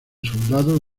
soldados